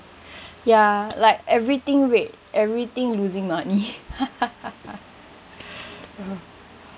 ya like everything red everything losing money